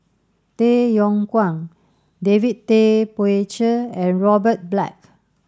Tay Yong Kwang David Tay Poey Cher and Robert Black